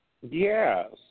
Yes